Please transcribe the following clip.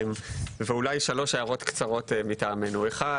שלוש הערות קצרות מטעמנו: א',